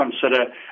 consider